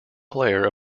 player